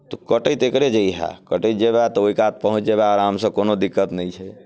तोँ कटैत एकरे जहिएँ कटैत जयमे तऽ ओहि कात पहुँच जयमे आरामसँ कोनो दिक्कत नहि छै